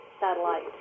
satellite